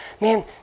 man